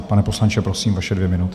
Pane poslanče, prosím, vaše dvě minuty.